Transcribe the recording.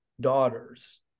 daughters